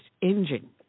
engine